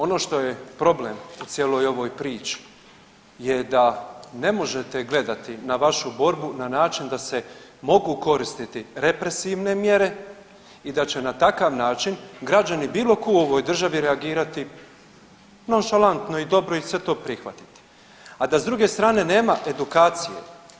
Ono što je problem u cijeloj ovoj priči je da ne možete gledati na vašu borbu na način da se mogu koristiti represivne mjere i da će na takav način građani bilo tko u ovoj državi reagirati nonšalantno i dobro i sve to prihvatiti, a da s druge strane nema edukacije.